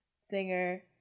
singer